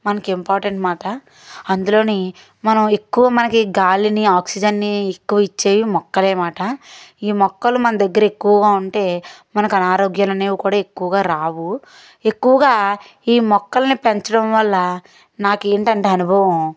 మనకి ఇంపార్టెంట్ మాట అందులోని మనం ఎక్కువ మనకి గాలిని ఆక్సిజన్నీ ఎక్కువ ఇచ్చేవి మొక్కలే మాట ఈ మొక్కలు మన దగ్గర ఎక్కువగా ఉంటే మనకి అనారోగ్యాలనేవి కూడా ఎక్కువగా రావు ఎక్కువగా ఈ మొక్కల్ని పెంచడం వల్ల నాకు ఏంటంటే అనుభవం